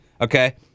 Okay